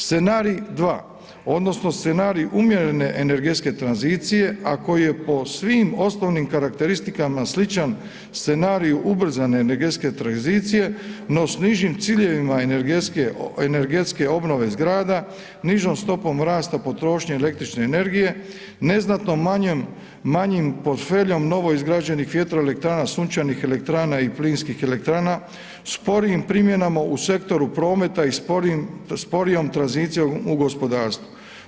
Scenarij dva odnosno scenarij umjerene energetske tranzicije, a koji je po svim osnovnim karakteristikama sličan scenariju ubrzane energetske tranzicije no s nižim ciljevima energetske obnove zgrada, nižom stopom rasta potrošnje električne energije, neznatno manjem, manjim portfeljem novoizgrađenih vjetroelektrana, sunčanih elektrana i plinskih elektrana, sporijim primjenama u sektoru prometa i sporijom tranzicijom u gospodarstvu.